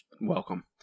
welcome